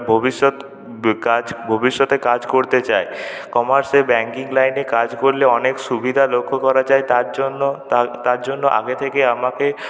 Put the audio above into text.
ভবিষ্যৎ কাজ ভবিষ্যতে কাজ করতে চাই কমার্সের ব্যাঙ্কিং লাইনে কাজ করলে অনেক সুবিধা লক্ষ করা যায় তার জন্য তার জন্য আগে থেকে আমাকে